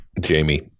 Jamie